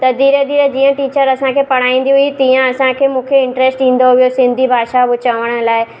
त धीरे धीरे जीअं टीचर असांखे पढ़ाईंदी हुई तीअं असांखे मूंखे इंटरेस्ट इंदो वियो सिंधी भाषा चवण लाइ